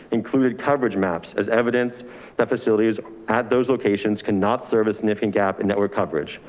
included coverage maps as evidence that facilities at those locations can not serve as significant gap in network coverage.